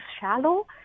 shallow